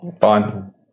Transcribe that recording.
Fine